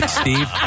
Steve